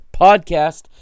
podcast